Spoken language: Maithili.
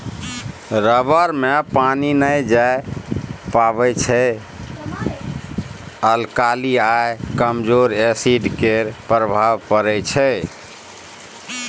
रबर मे पानि नहि जाए पाबै छै अल्काली आ कमजोर एसिड केर प्रभाव परै छै